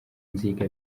nziga